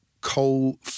coal